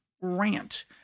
rant